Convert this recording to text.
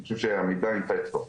אני חושב שהמידע נמצא אצלו,